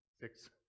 six